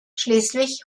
schleswig